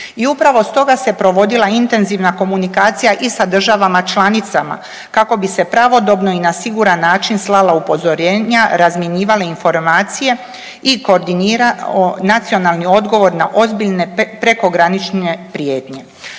I upravo stoga se provodila intenzivna komunikacija i sa državama članicama kako bi se pravodobno i na siguran način slala upozorenja, razmjenjivale informacije i koordinira nacionalni odgovor na ozbiljne prekogranične prijetnje.